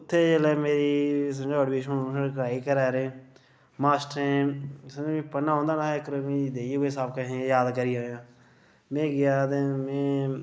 उत्थै जिसलै मेरी छड़काई घरें आह्लें मास्टरें पढ़ना औंदा नां हा इक दिन देई गै सबक अहें एह् याद करी आया आं में गेआ ते में